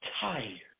tired